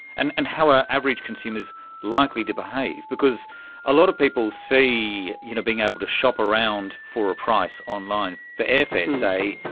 and and how are average consumers likely to behave? because a lot of people see you know being able to shop around for a price online for airfares, say,